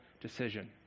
decision